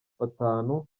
batanu